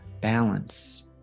balance